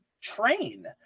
train